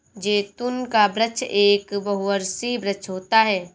जैतून का वृक्ष एक बहुवर्षीय वृक्ष होता है